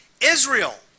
Israel